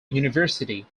university